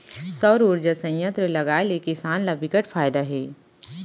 सउर उरजा संयत्र लगाए ले किसान ल बिकट फायदा हे